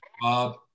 Bob